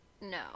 No